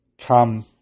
come